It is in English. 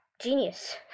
genius